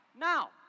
Now